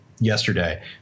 yesterday